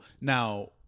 now